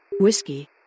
Whiskey